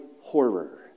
horror